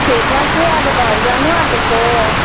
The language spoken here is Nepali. खेतमा छु अब घर जानु आँटेको